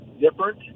different